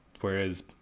Whereas